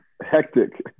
Hectic